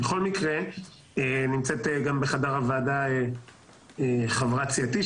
בחדר הוועדה נמצאת חברת סיעתי,